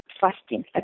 fasting